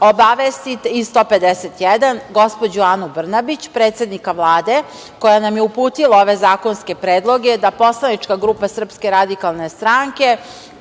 obavestite, i člana 151, gospođu Anu Brnabić, predsednika Vlade, koja nam je uputila ove zakonske predloge, da poslanička grupa SRS